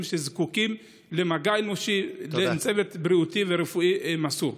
שזקוקים למגע אנושי ולצוות בריאותי ורפואי מסור.